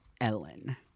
Ellen